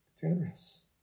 Generous